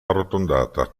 arrotondata